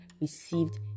received